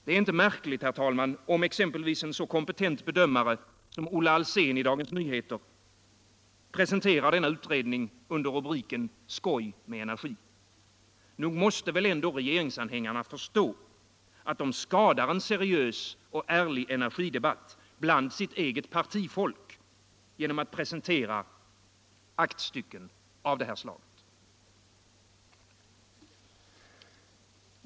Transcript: Det är inte märkligt, herr talman, om exempelvis en kompetent bedömare som Olle Alsén i Dagens Nyheter presenterar utredningen under rubriken Skoj med energi. Nog måste väl ändå regeringsanhängarna förstå att de skadar en seriös och ärlig energidebatt bland sitt eget partifolk genom att presentera aktstycken av det här slaget.